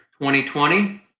2020